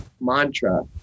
mantra